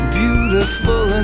beautiful